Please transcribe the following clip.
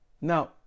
Now